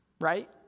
Right